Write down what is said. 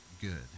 good